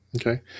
Okay